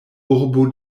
urbo